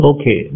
Okay